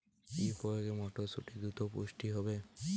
কি প্রয়োগে মটরসুটি দ্রুত পুষ্ট হবে?